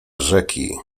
rzeki